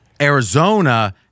Arizona